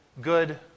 good